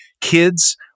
kids